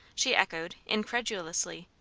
she echoed, incredulously.